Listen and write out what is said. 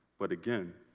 but, again,